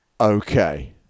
Okay